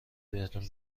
بهتون